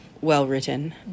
well-written